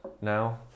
now